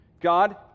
God